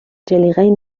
جلیقه